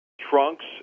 Trunks